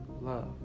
love